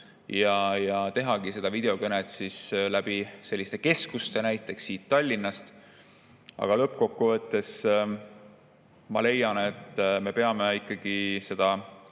ta teebki neid videokõnesid keskustest, näiteks siit Tallinnast. Aga lõppkokkuvõttes ma leian, et me peame ikkagi seda